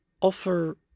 offer